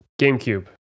gamecube